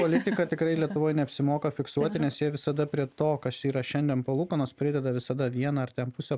politika tikrai lietuvoj neapsimoka fiksuoti nes jie visada prie to kas yra šiandien palūkanos prideda visada vieną ar ten pusę